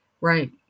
Right